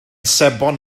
sebon